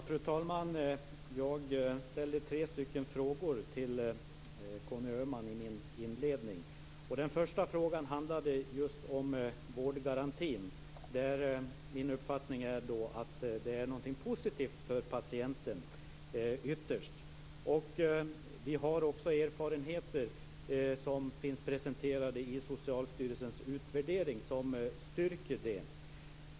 Fru talman! Jag ställde tre frågor till Conny Öhman i mitt inledningsanförande. Den första frågan handlade om just vårdgarantin. Min uppfattning är att den ytterst är någonting positivt för patienten. Det finns också erfarenheter som presenteras i Socialstyrelsens utvärdering som styrker detta.